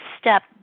step